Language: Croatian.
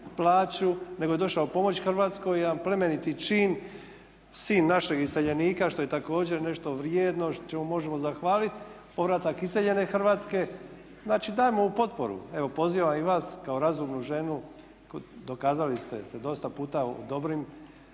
plaću nego je došao pomoći Hrvatskoj, jedan plemeniti čin. Sin našeg iseljenika što je također nešto vrijedno čemu možemo zahvaliti, povratak iseljene Hrvatske. Znači dajemo mu potporu, evo pozivam i vas kao razumnu ženu, dokazali ste se dosta puta u dobrim